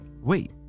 Wait